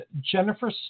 Jennifer